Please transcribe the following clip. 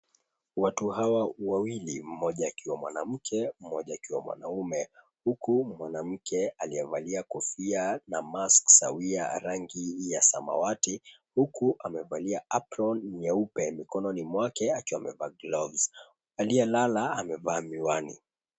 Watu hawa wawili mmoja akiwa mwanamke, mmoja akiwa mwanaume huku mwnaamke aliyevalia kofia na mask sawia rangi ya samawati huku amevalia apron nyeupe mikononi mwake akiwa amevalia gloves . Aliyelala amevaa miwani.